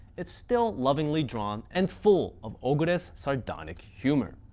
it's still lovingly drawn and full of ogure's sardonic humor.